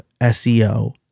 SEO